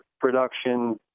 production